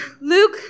Luke